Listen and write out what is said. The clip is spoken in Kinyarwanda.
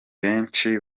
benshi